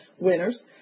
winners